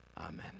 Amen